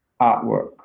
artwork